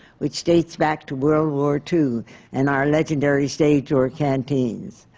which dates back to world war two and our legendary stage door canteens.